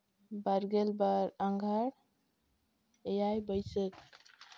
ᱵᱟᱨᱜᱮᱞ ᱵᱟᱨ ᱟᱸᱜᱷᱟᱬ ᱮᱭᱟᱭ ᱵᱟᱹᱭᱥᱟᱹᱠ